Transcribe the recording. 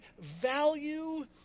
value